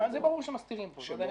זה ברור שהם מסתירים פה.